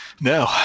No